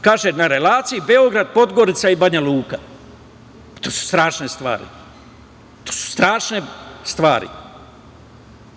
kaže, na relaciji Beograd, Podgorica i Banjaluka. To su strašne stvari. Na koncu, nije ni